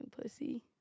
pussy